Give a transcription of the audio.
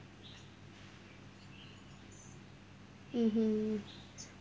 mmhmm